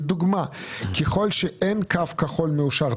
לדוגמה: ככל שאין קו כחול מאושר,